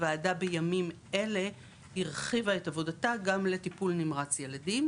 הוועדה בימים אלה הרחיבה את עבודתה גם לטיפול נמרץ ילדים,